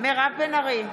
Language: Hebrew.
מירב בן ארי,